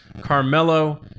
Carmelo